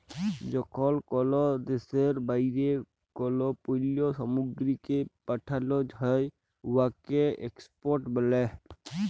যখল কল দ্যাশের বাইরে কল পল্ল্য সামগ্রীকে পাঠাল হ্যয় উয়াকে এক্সপর্ট ব্যলে